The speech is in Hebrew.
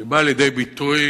שבאה לידי ביטוי